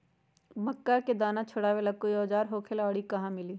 मक्का के दाना छोराबेला कोई औजार होखेला का और इ कहा मिली?